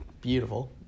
beautiful